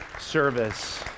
service